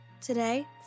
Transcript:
Today